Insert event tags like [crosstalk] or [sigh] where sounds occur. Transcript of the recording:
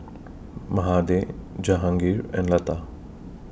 [noise] Mahade Jehangirr and Lata